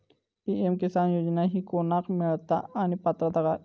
PM किसान योजना ही कोणाक मिळता आणि पात्रता काय?